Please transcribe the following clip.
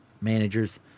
managers